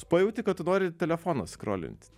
pajauti kad tu nori telefoną skrolint